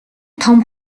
том